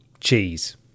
Cheese